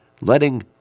letting